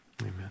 Amen